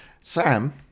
Sam